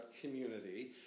community